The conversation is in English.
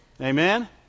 Amen